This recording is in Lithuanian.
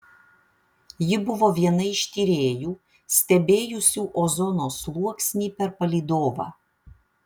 ji buvo viena iš tyrėjų stebėjusių ozono sluoksnį per palydovą